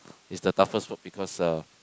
is the toughest work because uh